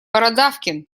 бородавкин